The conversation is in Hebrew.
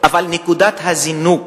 אבל נקודת הזינוק